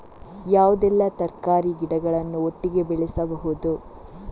ಯಾವುದೆಲ್ಲ ತರಕಾರಿ ಗಿಡಗಳನ್ನು ಒಟ್ಟಿಗೆ ಬೆಳಿಬಹುದು?